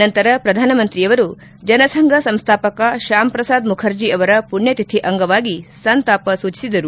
ನಂತರ ಪ್ರಧಾನ ಮಂತ್ರಿ ಅವರು ಜನಸಂಘ ಸಂಸ್ವಾಪಕ ಶ್ಲಾಮ್ ಪ್ರಸಾದ್ ಮುಖರ್ಜಿ ಅವರ ಪುಣ್ಣತಿಥಿ ಅಂಗವಾಗಿ ಸಂತಾಪ ಸೂಚಿಸಿದರು